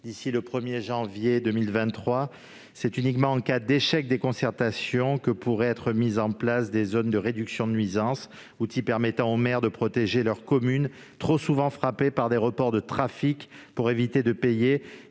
d'ici au 1 janvier 2023. Ce n'est qu'en cas d'échec des concertations que pourraient être mises en place des zones de réduction des nuisances, cet outil permettant aux maires de protéger leurs communes trop souvent frappées par des reports de trafic pour éviter de payer